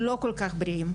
לא כל כך בריאים,